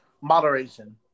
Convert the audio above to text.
moderation